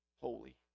holy